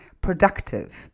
productive